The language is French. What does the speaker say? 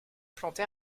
plantes